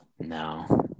No